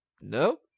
Nope